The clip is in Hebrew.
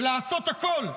ולעשות הכול,